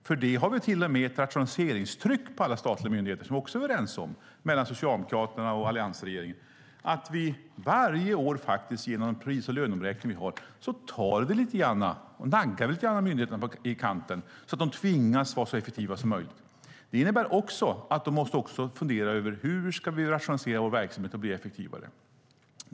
För detta har vi till och med ett rationaliseringstryck på alla statliga myndigheter som vi också är överens om mellan Socialdemokraterna och alliansregeringen, att vi varje år genom den pris och löneomräkning vi har bankar vi lite grann myndigheterna i kanten, så att de tvingas att vara så effektiva som möjligt. Det innebär också att de måste fundera över hur de ska rationalisera verksamheten för att bli effektivare.